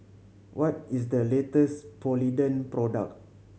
what is the latest Polident product